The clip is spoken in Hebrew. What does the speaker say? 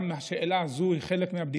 גם השאלה הזאת היא חלק מהבדיקה,